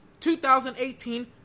2018